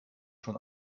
schon